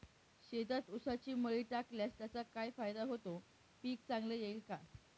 शेतात ऊसाची मळी टाकल्यास त्याचा काय फायदा होतो, पीक चांगले येईल का?